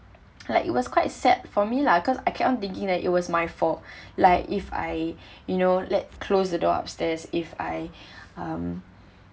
like it was quite sad for me lah cause I kept on thinking that it was my fault like if I you know let closed the door upstairs if I um